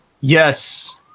Yes